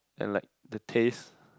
and like the taste